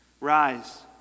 Rise